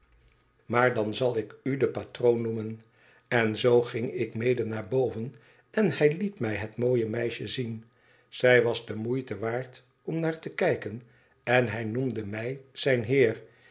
maar dan zal ik u den patroon noemen en zoo ging ik mede naar boven en hij liet mij het mooie meisje zien zij was de moeite waard om naar te kijken en hij noemde mij zijn heer